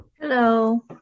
Hello